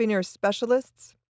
specialists